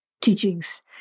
teachings